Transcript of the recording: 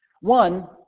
One